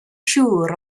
siŵr